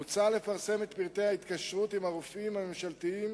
מוצע לפרסם את פרטי ההתקשרות עם הרופאים הממשלתיים